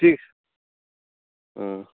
ঠিক আছে হ্যাঁ